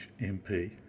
MP